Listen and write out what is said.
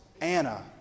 Anna